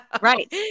Right